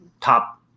top